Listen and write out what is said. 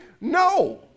No